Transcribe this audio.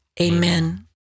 Amen